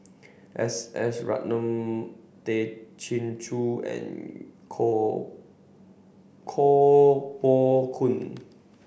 S S Ratnam Tay Chin Joo and Koh Koh Poh Koon